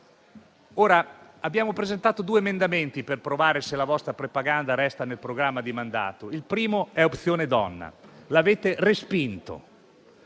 Abbiamo presentato due emendamenti per provare se la vostra propaganda resta nel programma di mandato. Il primo è quello su Opzione donna: l'avete respinto,